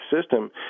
system